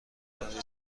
برای